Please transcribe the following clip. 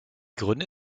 gründe